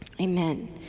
Amen